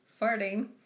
farting